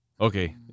Okay